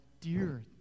dear